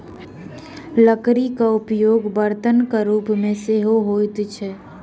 लकड़ीक उपयोग बर्तनक रूप मे सेहो होइत अछि